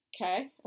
Okay